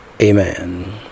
Amen